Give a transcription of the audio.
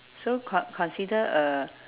so con~ consider a